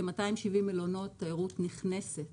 כ-270 מלונות תיירות נכנסת